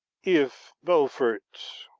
if beaufort